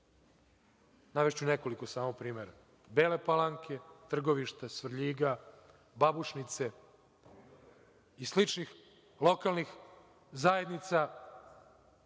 navešću nekoliko samo primera, Bele Palanke, Trgovišta, Svrljiga, Babušnice i sličnih lokalnih zajednica,